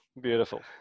Beautiful